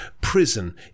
Prison